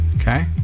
Okay